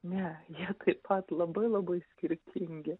ne jie taip pat labai labai skirtingi